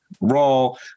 role